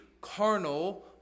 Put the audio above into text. carnal